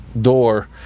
door